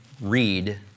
read